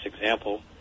example